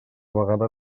vegada